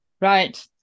Right